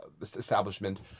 establishment